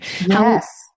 Yes